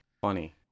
funny